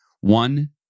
one